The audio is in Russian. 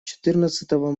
четырнадцатого